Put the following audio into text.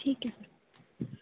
ਠੀਕ ਹੈ ਸਰ